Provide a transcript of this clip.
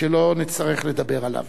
שלא נצטרך לדבר עליו.